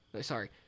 sorry